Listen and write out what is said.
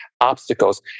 obstacles